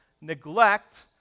neglect